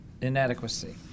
inadequacy